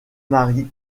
mari